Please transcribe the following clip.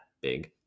big